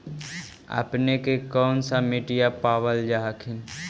अपने के कौन सा मिट्टीया पाबल जा हखिन?